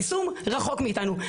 היישום רחוק מאיתנו.